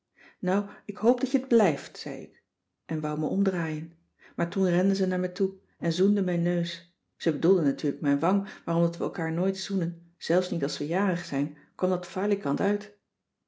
nou ik hoop dat je t blijft zei ik en wou me omdraaien maar toen rende ze naar me toe en zoende mijn neus ze bedoelde natuurlijk mijn wang maar omdat wij elkaar nooit zoenen zelfs niet als we jarig zijn kwam dat falikant uit